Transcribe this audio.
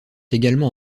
également